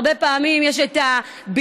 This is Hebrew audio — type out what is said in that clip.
הרבה פעמים יש את הביטוי,